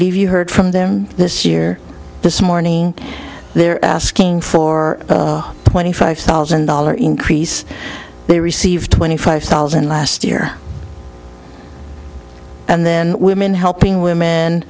believe you heard from them this year this morning they're asking for twenty five thousand dollar increase they received twenty five thousand last year and then women helping women